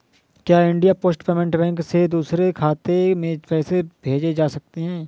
क्या India Post payment bank से दूसरे खाते में पैसे भेजे जा सकते हैं?